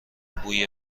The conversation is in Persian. بوی